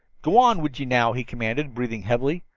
g'wan with ye, now, he commanded, breathing heavily,